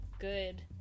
good